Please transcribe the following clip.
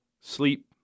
sleep